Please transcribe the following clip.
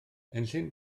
enllyn